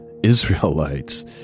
Israelites